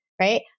right